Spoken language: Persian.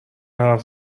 حرف